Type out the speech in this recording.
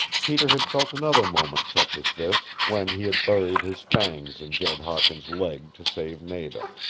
peter had felt another moment such as this when he had buried his fangs in jed hawkins' leg to save nada.